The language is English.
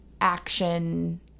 action